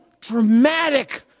dramatic